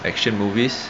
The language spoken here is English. action movies